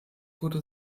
wurde